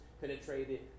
penetrated